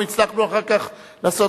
אנחנו הצלחנו אחר כך לעשות,